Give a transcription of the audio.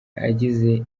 yagize